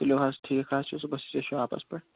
تُلِو حظ ٹھیٖک حظ چھُ صُبَحَس ییٖزیو شاپَس پٮ۪ٹھ